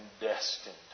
destined